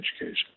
education